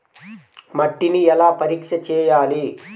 మట్టిని ఎలా పరీక్ష చేయాలి?